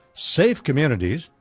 safe communities,